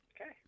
Okay